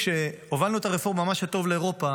כשהובלנו את הרפורמה "מה שטוב לאירופה